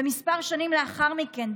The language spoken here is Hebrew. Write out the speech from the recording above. וכמה שנים לאחר מכן,